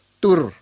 tur